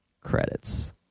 credits